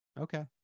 Okay